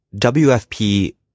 WFP